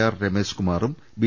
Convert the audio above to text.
R രമേശ്കുമാറും B